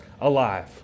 alive